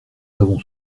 avons